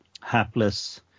hapless